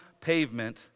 pavement